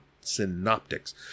synoptics